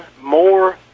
more